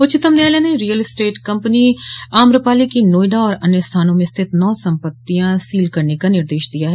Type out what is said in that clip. उच्चतम न्यायालय ने रीयल एस्टेट कंपनी आम्रपाली की नोएडा और अन्य स्थानों में स्थित नौ संपत्तियां सील करने का निर्देश दिया है